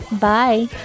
bye